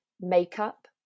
makeup